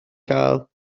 gael